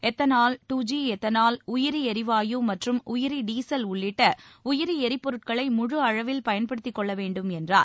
ethanol two G ethanol உயிரி எரிவாயு மற்றும் உயிரி டீசல் உள்ளிட்ட உயிரி எரிபொருட்களை முழுஅளவில் பயன்படுத்திக் கொள்ள வேண்டும் என்றார்